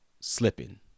slipping